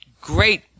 great